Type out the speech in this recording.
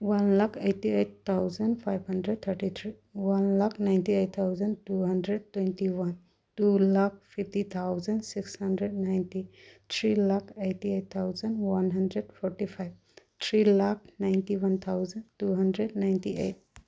one lakh eighty eight thousand five hundred thirty three one lakh ninety eight thousand two hundred twenty one two lakh fifty thousand six hundred ninety three lakh eighty eight thousand one hundred forty five three lakh ninety one thousand two hundred ninety eight